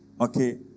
Okay